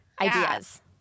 ideas